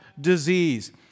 disease